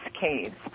caves